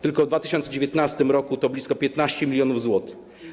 Tylko w 2019 r. to blisko 15 mln zł.